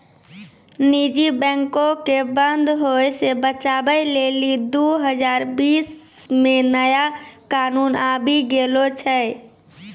निजी बैंको के बंद होय से बचाबै लेली दु हजार बीस मे नया कानून आबि गेलो छै